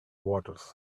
waters